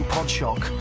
Podshock